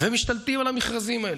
והם משתלטים על המכרזים האלה.